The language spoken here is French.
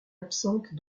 absente